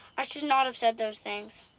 i should not have said those things.